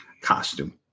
costume